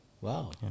wow